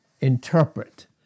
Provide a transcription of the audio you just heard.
interpret